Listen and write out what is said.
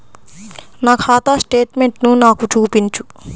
నా ఖాతా స్టేట్మెంట్ను నాకు చూపించు